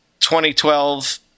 2012